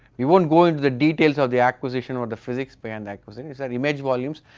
we will not go into the details of the acquisition of the physics behind the acquisition. it is the the image volumes,